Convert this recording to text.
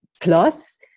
plus